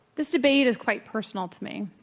this debate is quite personal to me,